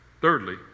Thirdly